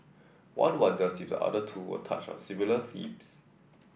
one wonders if the other two will touch on similar themes